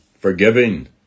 forgiving